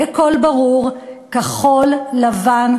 בקול ברור: כחול-לבן,